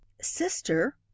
Sister